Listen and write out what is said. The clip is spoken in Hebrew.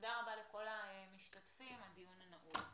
תודה רבה לכל המשתתפים, הישיבה נעולה.